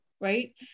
Right